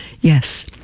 Yes